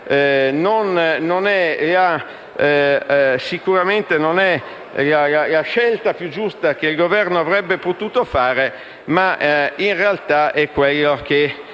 non è la scelta più giusta che il Governo avrebbe potuto fare, ma in realtà è quella che